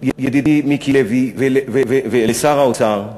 ידידי מיקי לוי, ולשר האוצר: